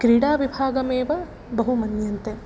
क्रीडाविभागमेव बहु मन्यन्ते